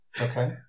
Okay